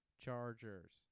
Chargers